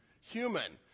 human